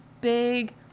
big